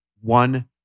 One